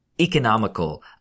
Economical